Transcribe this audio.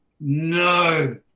no